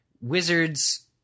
Wizards